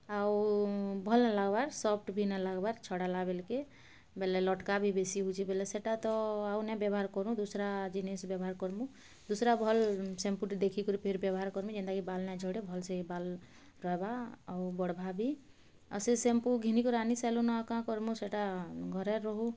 ଆଉ ଭଲ୍ ନାଇ ଲାଗ୍ବାର୍ ସଫ୍ଟ ବି ନାଇ ଲାଗ୍ବାର୍ ଛଡ଼ାଲା ବେଲ୍କେ ବେଲେ ଲଟ୍କା ବି ବେଶୀ ହଉଛେ ବେଲେ ସେଟା ତ ଆଉ ନାଇଁ ବ୍ୟବହାର କରୁ ଦୁସ୍ରା ଜିନିଷ୍ ବ୍ୟବହାର୍ କର୍ମୁ ଦୁସ୍ରା ଭଲ୍ ଶାମ୍ପୁଟେ ଦେଖିକରି ଫେର୍ ବ୍ୟବହାର୍ କର୍ମି ଯେନ୍ତାକି ବାଲ୍ ନାଇଁ ଝଡ଼େ ଭଲ୍ସେ ବାଲ୍ ରହେବା ଆଉ ବଢ଼୍ବା ବି ଆଉ ସେ ଶାମ୍ପୁ ଘିନିକରି ଆନିସାର୍ଲୁନ ଆଉ କାଁ କର୍ମୁ ସେଟା ଘରେ ରହୁ